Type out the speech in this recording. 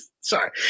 Sorry